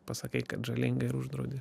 pasakai kad žalinga ir uždraudi